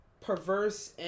perverse